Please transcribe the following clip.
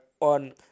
On